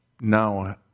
now